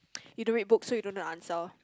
you don't read book so you don't need to answer